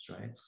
right